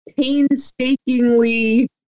painstakingly